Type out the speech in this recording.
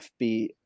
fb